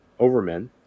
Overmen